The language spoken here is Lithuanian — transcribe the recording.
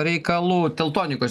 reikalų teltonikos